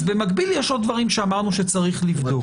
אז במקביל יש עוד דברים שצריך לבדוק.